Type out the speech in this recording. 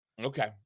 Okay